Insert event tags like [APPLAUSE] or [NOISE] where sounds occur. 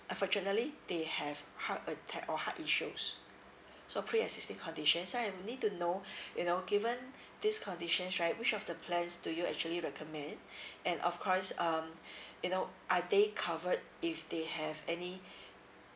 unfortunately they have heart attack or heart issues so pre-existing condition so I need to know [BREATH] you know given this conditions right which of the plans do you actually recommend [BREATH] and of course um [BREATH] you know are they covered if they have any [BREATH]